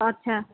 আচ্ছা